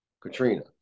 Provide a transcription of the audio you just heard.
katrina